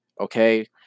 okay